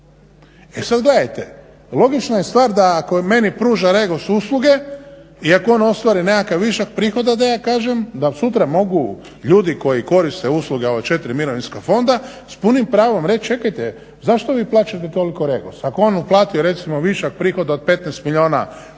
E sad gledajte, logična je stvar da ako meni pruža REGOS usluge i ako on ostvari nekakav višak prihoda da ja kažem da sutra mogu ljudi koji koriste usluge ova 4 mirovinska fonda s punim pravom reći čekajte, zašto vi plaćate toliko REGOS. Ako je on uplatio recimo višak prihoda od 15 milijuna u